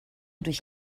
durch